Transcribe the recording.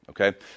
okay